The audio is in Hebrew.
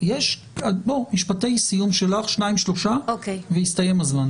משפטי סיום שלך, שניים-שלושה והסתיים הזמן.